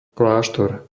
kláštor